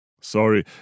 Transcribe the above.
Sorry